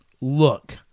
Look